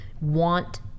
want